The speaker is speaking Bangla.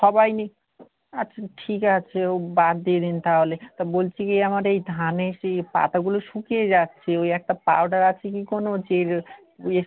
সবাই আচ্ছা ঠিক আছে ও বাদ দিয়ে দিন তাহলে তা বলছি কি যে আমার এই ধানের সেই পাতাগুলো শুকিয়ে যাচ্ছে ওই একটা পাউডার আছে কি কোনো যার ইয়ে